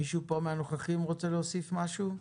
מישהו פה מהנוכחים רוצה להוסיף משהו?